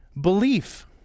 belief